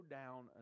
down